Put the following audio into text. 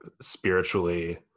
spiritually